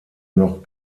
noch